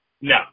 No